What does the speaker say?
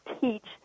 teach